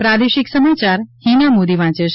પ્રાદેશિક સમાચાર હિના મોદી વાંચે છે